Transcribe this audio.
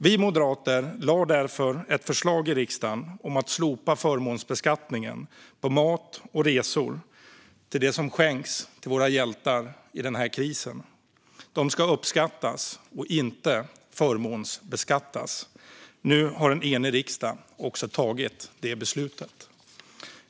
Vi moderater lade därför fram ett förslag i riksdagen om att slopa förmånsbeskattningen på mat och resor som skänks till våra hjältar i den här krisen. De ska uppskattas och inte förmånsbeskattas. Nu har en enig riksdag också tagit det beslutet.